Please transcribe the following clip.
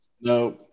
No